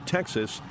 Texas